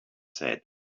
said